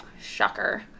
Shocker